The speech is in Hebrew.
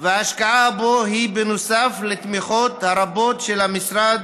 וההשקעה בו היא בנוסף לתמיכות הרבות של המשרד